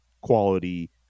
quality